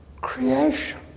creation